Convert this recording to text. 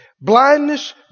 Blindness